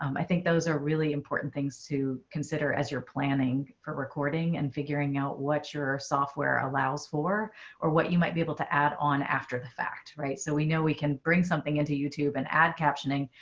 um i think those are really important things to consider as you're planning for recording and figuring out what your software allows for or what you might be able to add on after the fact. right. so we know we can bring something into youtube and add captioning,